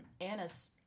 Anna's